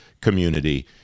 community